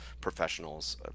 professionals